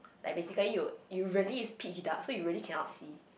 like basically you you really is pitch dark so you really cannot see